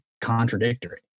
contradictory